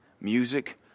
music